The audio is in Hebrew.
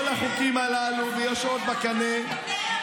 כל החוקים הללו, ויש עוד בקנה.